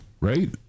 right